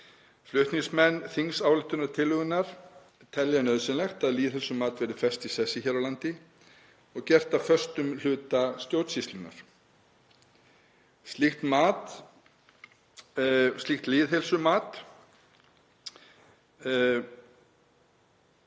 Flutningsmenn þingsályktunartillögunnar telja nauðsynlegt að lýðheilsumat verið fest í sessi hér á landi og gert að föstum hluta stjórnsýslunnar. Slíkt lýðheilsumat